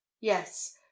Yes